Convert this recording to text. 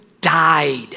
died